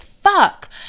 fuck